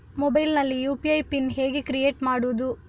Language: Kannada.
ಮೊಬೈಲ್ ನಲ್ಲಿ ಯು.ಪಿ.ಐ ಪಿನ್ ಹೇಗೆ ಕ್ರಿಯೇಟ್ ಮಾಡುವುದು?